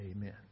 Amen